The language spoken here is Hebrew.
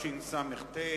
התשס"ט,